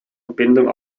verbindung